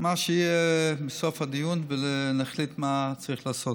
מה יהיה בסוף הדיון ונחליט מה צריך לעשות.